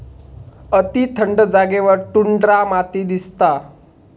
अती थंड जागेवर टुंड्रा माती दिसता